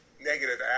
negative